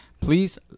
please